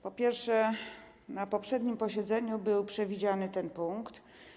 Po pierwsze, na poprzednim posiedzeniu był przewidziany ten punkt.